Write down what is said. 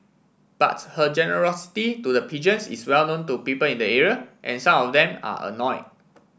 but her generosity to the pigeons is well known to people in the area and some of them are annoyed